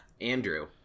Andrew